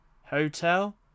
Hotel